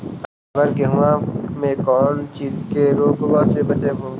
अबर गेहुमा मे कौन चीज के से रोग्बा के बचयभो?